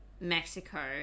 Mexico